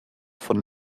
von